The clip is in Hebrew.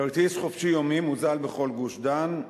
כרטיס "חופשי יומי" מוזל בכל גוש-דן.